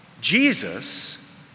Jesus